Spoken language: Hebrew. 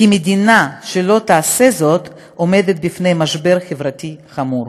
כי מדינה שלא תעשה זאת עומדת בפני משבר חברתי חמור.